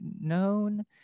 known